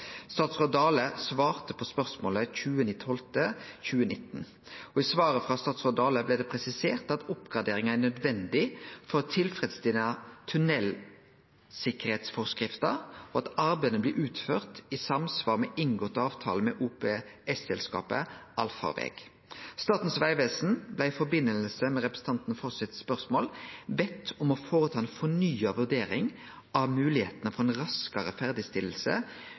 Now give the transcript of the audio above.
Statsråd Dale svarte på spørsmålet 20. desember 2019. I svaret frå statsråd Dale blei det presisert at oppgraderinga er nødvendig for å tilfredsstille tunnelsikkerheitsforskrifta, og at arbeidet blir utført i samsvar med inngått avtale med OPS-selskapet Allfarveg. Statens vegvesen blei i forbindelse med spørsmålet frå representanten Foss bedt om å gjere ei fornya vurdering av moglegheita for raskare